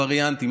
וריאנטים,